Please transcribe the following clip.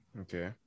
okay